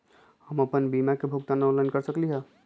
हम अपन बीमा के भुगतान ऑनलाइन कर सकली ह?